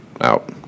Out